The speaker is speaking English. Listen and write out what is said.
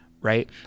Right